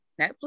Netflix